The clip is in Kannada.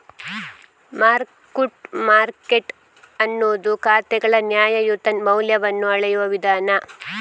ಮಾರ್ಕ್ ಟು ಮಾರ್ಕೆಟ್ ಅನ್ನುದು ಖಾತೆಗಳ ನ್ಯಾಯಯುತ ಮೌಲ್ಯವನ್ನ ಅಳೆಯುವ ವಿಧಾನ